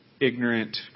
ignorant